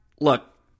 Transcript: Look